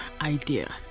idea